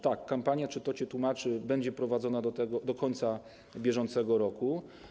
Tak, kampania „Czy to Cię tłumaczy?” będzie prowadzona do końca bieżącego roku.